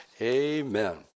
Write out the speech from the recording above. Amen